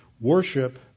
worship